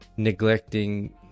neglecting